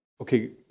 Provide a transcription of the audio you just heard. okay